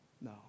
No